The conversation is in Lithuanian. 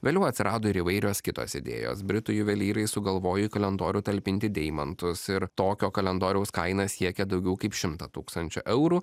vėliau atsirado ir įvairios kitos idėjos britų juvelyrai sugalvojo į kalendorių talpinti deimantus ir tokio kalendoriaus kaina siekia daugiau kaip šimtą tūkstančių eurų